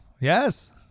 Yes